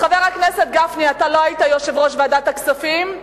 חבר הכנסת גפני, אז לא היית יושב-ראש ועדת הכספים.